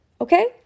Okay